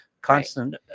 constant